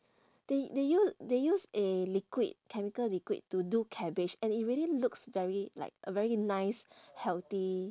they they use they use a liquid chemical liquid to do cabbage and it really looks very like a very nice healthy